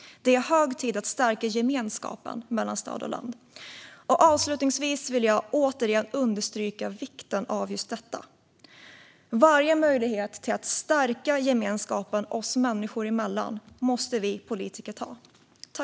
Det är hög tid att stärka gemenskapen mellan stad och land. Avslutningsvis vill jag återigen understryka vikten av just detta. Varje möjlighet till att stärka gemenskapen oss människor emellan måste vi politiker ta.